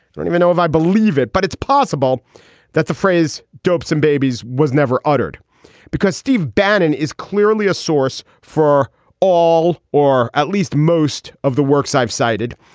don't even know if i believe it, but it's possible that the phrase doped some babies was never uttered because steve bannon is clearly a source for all or at least most of the works i've cited.